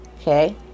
okay